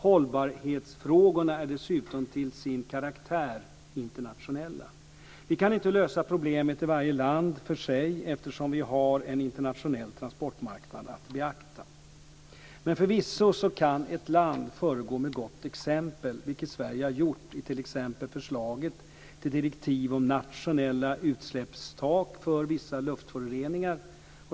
Hållbarhetsfrågorna är dessutom till sin karaktär internationella. Vi kan inte lösa problemet i varje land för sig eftersom vi har en internationell transportmarknad att beakta. Men förvisso kan ett land föregå med gott exempel, vilket Sverige har gjort i t.ex. förslaget till direktiv om nationella utsläppstak för vissa luftföroreningar.